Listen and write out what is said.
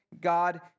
God